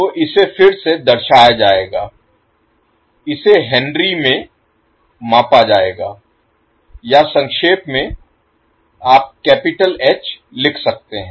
तो इसे फिर से दर्शाया जाएगा इसे हेनरी में मापा जाएगा या संक्षेप में आप कैपिटल H लिख सकते हैं